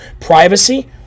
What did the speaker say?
privacy